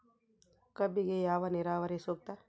ಕಬ್ಬಿಗೆ ಯಾವ ನೇರಾವರಿ ಸೂಕ್ತ?